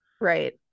right